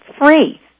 free